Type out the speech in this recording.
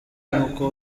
nuko